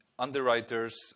Underwriters